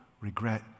regret